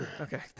Okay